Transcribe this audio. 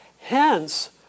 Hence